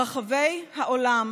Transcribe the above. ברחבי העולם